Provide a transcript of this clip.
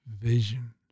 vision